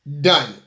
done